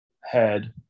head